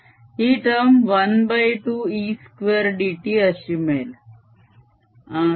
ही term ½ E2dt अशी मिळेल